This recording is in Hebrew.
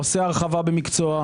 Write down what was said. עושה הרחבה במקצוע.